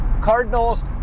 Cardinals